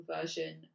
version